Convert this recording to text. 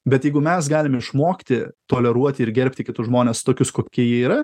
bet jeigu mes galim išmokti toleruoti ir gerbti kitus žmones tokius kokie jie yra